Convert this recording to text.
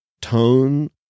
tone